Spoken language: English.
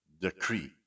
decree